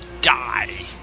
die